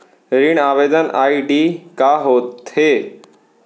ऋण आवेदन आई.डी का होत हे?